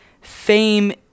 fame